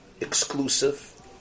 exclusive